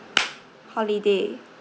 holiday